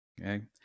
Okay